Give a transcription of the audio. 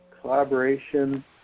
collaboration